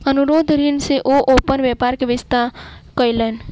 अनुरोध ऋण सॅ ओ अपन व्यापार के विस्तार कयलैन